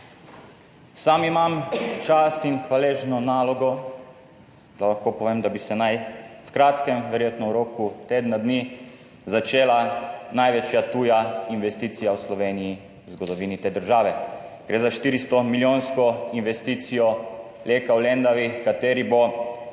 Sam imam čast in hvaležno nalogo, da lahko povem, da bi se naj v kratkem, verjetno v roku tedna dni, začela največja tuja investicija v Sloveniji v zgodovini te države. Gre za 400 milijonsko investicijo Leka v Lendavi, h kateri bo izdatno